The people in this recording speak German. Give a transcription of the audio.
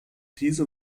diese